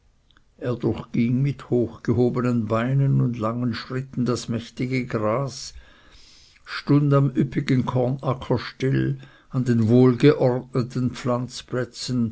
er durchging mit hochgehobenen beinen und langen schritten das mächtige gras stund am üppigen kornacker still an den wohlgeordneten